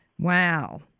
Wow